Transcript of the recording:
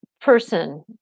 person